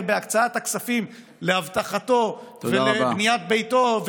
בהקצאת הכספים לאבטחתו ולבניית ביתו,